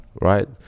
right